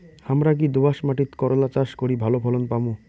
হামরা কি দোয়াস মাতিট করলা চাষ করি ভালো ফলন পামু?